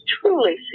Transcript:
truly